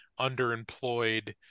underemployed